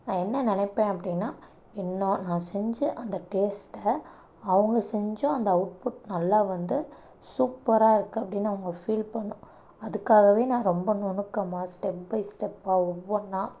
நான் என்ன நினப்பேன் அப்படின்னா என்ன நான் செஞ்ச அந்த டேஸ்ட்டை அவங்க செஞ்சும் அந்த அவுட்புட் நல்லா வந்து சூப்பராக இருக்குது அப்படின்னு அவங்க ஃபீல் பண்ணணும் அதுக்காகவே நான் ரொம்ப நுணுக்கமாக ஸ்டெப் பை ஸ்டெப்பாக ஒவ்வொன்னா